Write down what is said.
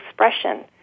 expression